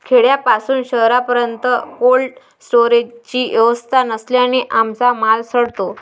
खेड्यापासून शहरापर्यंत कोल्ड स्टोरेजची व्यवस्था नसल्याने आमचा माल सडतो